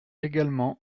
également